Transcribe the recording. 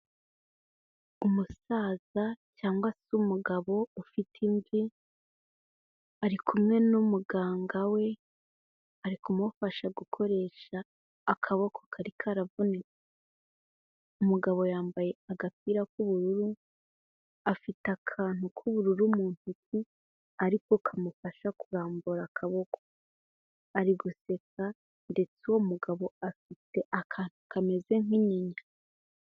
Umusaza cyangwa se umugabo ufite imvi, ari kumwe n'umuganga we ari kumufasha gukoresha akaboko kari karavunitse. Umugabo yambaye agapira k'ubururu, afite akantu k'ubururu mu ntoki ariko kamufasha kurambura akaboko, ari guseka ndetse uwo mugabo afite akantu kameze nk'inyinya.